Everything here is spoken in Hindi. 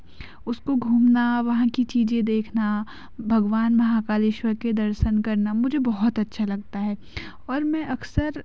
उसको घूमना वहाँ की चीज़ें देखना भगवान महाकालेश्वर के दर्शन करना मुझे बहुत अच्छा लगता है और मैं अक्सर